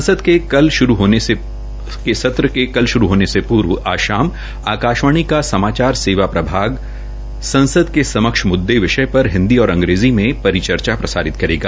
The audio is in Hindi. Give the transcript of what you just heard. संसद के कल श्रू होने से पूर्व आज आकाश्वाणी का समाचार सेवा प्रभाग संसद के समक्ष मुद्दे विषय पर हिन्दी और अंग्रेजी में परिचर्चा प्रसारित करेगा